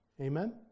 Amen